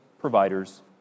providers